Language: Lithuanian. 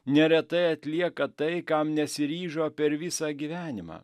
neretai atlieka tai kam nesiryžo per visą gyvenimą